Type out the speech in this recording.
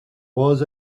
was